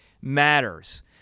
matters